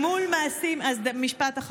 לא רק שהיא משקרת, היא משקרת, אז משפט אחרון.